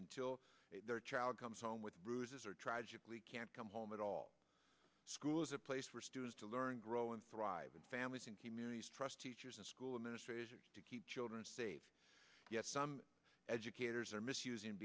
until their child comes home with bruises or tragically can't come home at all school is a place for students to learn grow and thrive in families and communities trust teachers and school administrators to keep children safe yet some educators are misusing